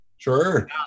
Sure